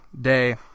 day